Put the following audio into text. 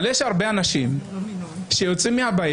אבל יש הרבה אנשים שיוצאים מהבית,